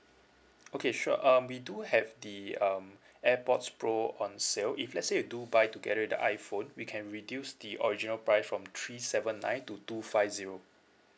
okay sure um we do have the um airpods pro on sale if let's say you do buy together with the iphone we can reduce the original price from three seven nine to two five zero